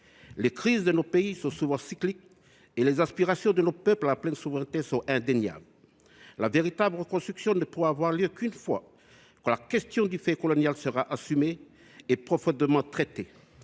Les crises de nos pays sont souvent cycliques et les aspirations de nos peuples à la pleine souveraineté sont indéniables. La véritable reconstruction ne pourra avoir lieu qu’une fois la question du fait colonial assumée et profondément traitée.